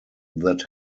that